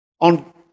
on